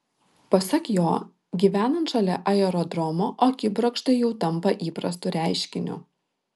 pasak jo gyvenant šalia aerodromo akibrokštai jau tampa įprastu reiškiniu